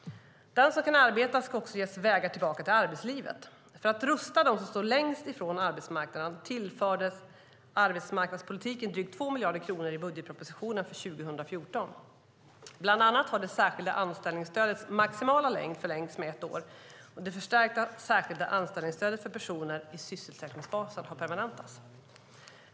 Den som kan arbeta ska också ges vägar tillbaka till arbetslivet. För att rusta dem som står längst ifrån arbetsmarknaden tillfördes arbetsmarknadspolitiken drygt 2 miljarder kronor i budgetpropositionen för 2014. Bland annat har det särskilda anställningsstödets maximala längd förlängts med ett år, och det förstärkta särskilda anställningsstödet för personer i sysselsättningsfasen har permanentats.